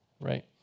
right